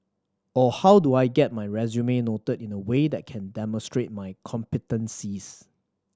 or how do I get my resume noted in a way that can demonstrate my competencies